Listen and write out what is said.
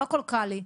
לא הכל קל לי.